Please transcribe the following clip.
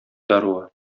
даруы